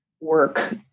work